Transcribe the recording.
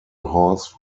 horse